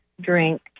drink